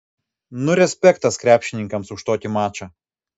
nu respektas krepšininkams už tokį mačą